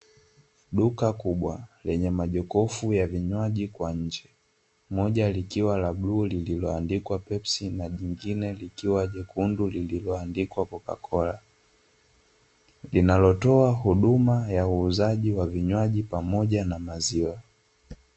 Duka kubwa lenye majokofu ya vinywaji kwa nje, moja likiwa la bluu lililoandikwa pepsi, na jingine likiwa jekundu lililoandikwa cocacola, linalotoa huduma ya uuzaji wa vinywaji pamoja na maziwa.